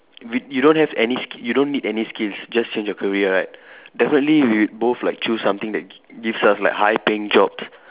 with you don't have any ski you don't need any skills just change your career right definitely we both like choose something that gi~ gives us like high paying jobs